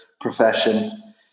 profession